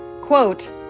quote